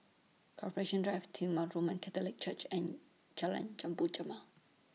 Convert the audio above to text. Corporation Drive Titular Roman Catholic Church and Jalan Jambu